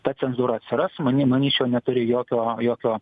ta cenzūra atsiras many manyčiau neturi jokio jokio